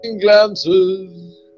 glances